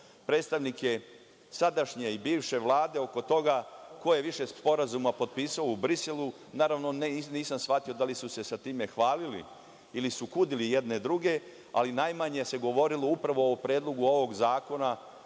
predstavnike sadašnje i bivše vlade oko toga ko je više sporazuma potpisao u Briselu. Naravno, nisam shvatio da li su se sa time hvalili ili su kudili jedni druge, ali najmanje se govorilo upravo o Predlogu ovog zakona